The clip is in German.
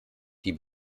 die